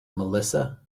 melissa